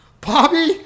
Bobby